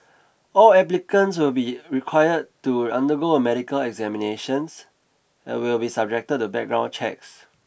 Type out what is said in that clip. all applicants will be required to undergo a medical examinations and will be subject to background checks